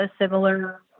similar